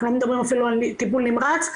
אנחנו לא מדברים אפילו על טיפול נמרץ,